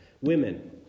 women